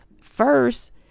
first